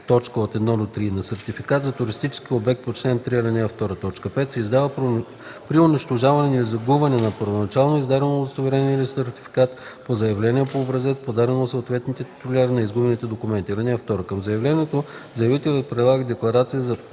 2, т. 1-3 и на сертификат за туристически обект по чл. 3, ал. 2, т. 5 се издава при унищожаване или загубване на първоначално издаденото удостоверение или сертификат по заявление по образец, подадено от съответните титуляри на изгубените документи.